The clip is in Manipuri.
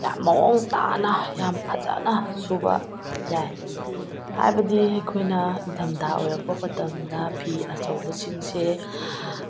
ꯌꯥꯝ ꯃꯑꯣꯡ ꯇꯥꯅ ꯌꯥꯝ ꯐꯖꯅ ꯁꯨꯕ ꯌꯥꯏ ꯍꯥꯏꯕꯗꯤ ꯑꯩꯈꯣꯏꯅ ꯏꯪꯊꯝꯊꯥ ꯑꯣꯏꯔꯛꯄ ꯃꯇꯝꯗ ꯐꯤ ꯑꯆꯧꯕꯁꯤꯡꯁꯦ